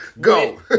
Go